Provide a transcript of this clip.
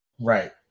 Right